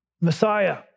Messiah